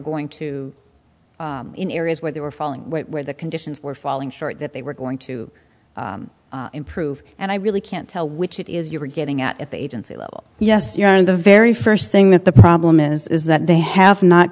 going to in areas where they were falling where the conditions were falling short that they were going to improve and i really can't tell which it is you were getting at at the agency level yes you're in the very st thing that the problem is that they have not